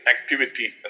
activity